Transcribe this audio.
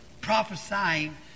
prophesying